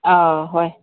ꯑꯥ ꯍꯣꯏ